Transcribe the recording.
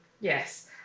Yes